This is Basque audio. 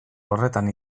horretan